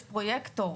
יש פרויקטור.